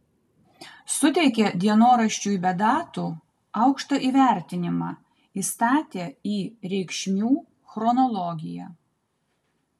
suteikė dienoraščiui be datų aukštą įvertinimą įstatė į reikšmių chronologiją